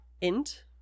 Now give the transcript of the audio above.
int